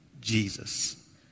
Jesus